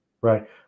right